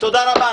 תודה רבה.